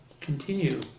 continue